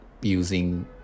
using